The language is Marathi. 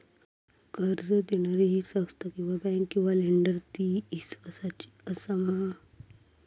कर्ज दिणारी ही संस्था किवा बँक किवा लेंडर ती इस्वासाची आसा मा?